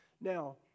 Now